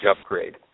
upgrade